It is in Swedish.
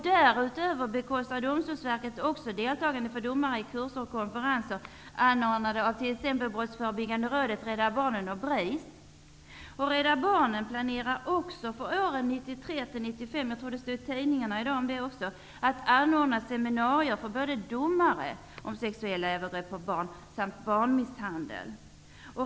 Därutöver bekostar Domstolsverket också deltagande för domare i kurser och konferenser anordnade av t.ex. BRIS. Rädda barnen planerar också för åren 1993-- 1995 att anordna seminarier för bl.a. domare om sexuella övergrepp på barn samt barnmisshandel.